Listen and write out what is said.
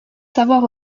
savoir